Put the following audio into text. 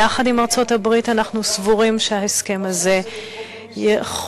יחד עם ארצות-הברית אנחנו סבורים שההסכם הזה יכול